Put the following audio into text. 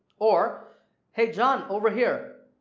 or hey john, over here.